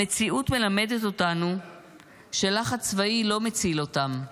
המציאות מלמדת אותנו שלחץ צבאי לא מציל אותם,